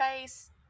face